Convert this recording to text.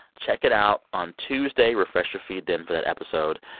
check it out on tuesday. refresh your feed then for that episode,